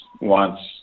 wants